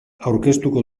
aurkeztuko